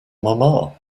mama